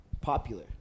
popular